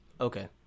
Okay